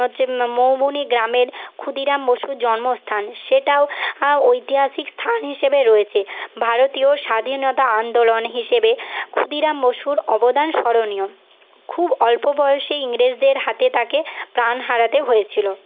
হচ্ছে মৌবনী গ্রামের ক্ষুদিরাম বসুর জন্মস্থান সেটাও ঐতিহাসিক স্থান হিসেবে রয়েছে ভারতীয় স্বাধীনতা আন্দোলন হিসেবে ক্ষুদিরাম বসুর অবদান স্মরণীয় খুব অল্প বয়সে ইংরেজদের হাতে তাকে প্রাণ হারাতে হয়েছিল